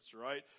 right